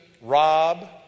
Rob